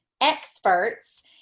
experts